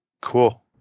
Cool